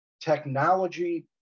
technology